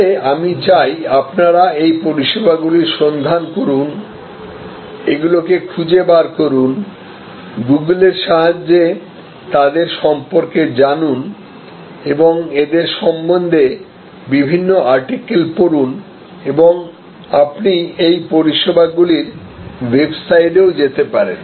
তবে আমি চাই আপনারা এই পরিষেবাগুলির সন্ধান করুন এগুলো কি খুঁজে বার করুন গুগলের সাহায্যে তাদের সম্বন্ধে জানুনএদের সম্বন্ধে বিভিন্ন আর্টিকেল পড়ুন এবং আপনি এই পরিষেবা গুলির ওয়েবসাইটেও যেতে পারেন